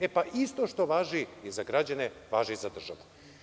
E, pa isto što važi i za građane važi i za državu.